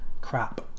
crap